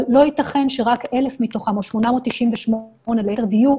אבל לא ייתכן שרק 1,000 מתוכם או 898 ליתר דיוק,